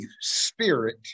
spirit